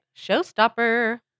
showstopper